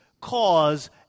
cause